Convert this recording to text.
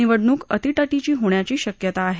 निवडणूक अटीतटीची होण्याची शक्यता आहे